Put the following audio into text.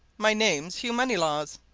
my name's hugh moneylaws,